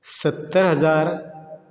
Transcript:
सत्तर हजार